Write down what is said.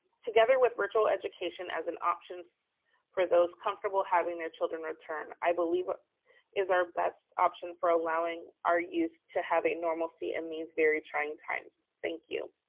together with virtual education as an option for those comfortable having their children return i believe is our best option for allowing our youth to have a normalcy in these very trying times, thank you.